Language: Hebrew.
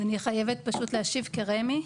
אז אני חייבת פשוט להשיב כרמ"י.